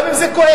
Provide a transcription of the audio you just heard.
גם אם זה כואב.